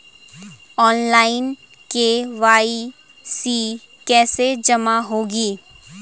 Online KYC कैसे जमा होगी?